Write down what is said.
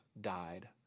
died